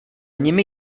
nimi